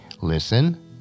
listen